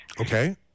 Okay